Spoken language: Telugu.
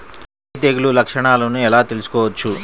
అగ్గి తెగులు లక్షణాలను ఎలా తెలుసుకోవచ్చు?